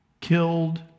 killed